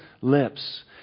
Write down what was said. lips